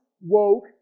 woke